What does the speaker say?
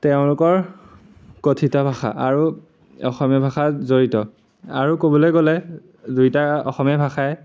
তেওঁলোকৰ কথিত ভাষা আৰু অসমীয়া ভাষা জড়িত আৰু ক'বলৈ গ'লে দুইটা অসমীয়া ভাষাই